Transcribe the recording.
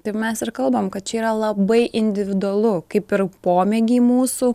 tai mes ir kalbam kad čia yra labai individualu kaip yra pomėgiai mūsų